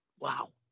Wow